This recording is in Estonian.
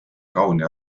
kauni